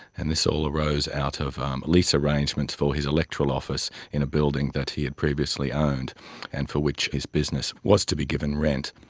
and this all arose out of um lease arrangements for his electoral office in a building that he had previously owned and for which his business was to be given rent.